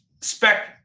spec